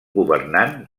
governant